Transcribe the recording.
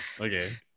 okay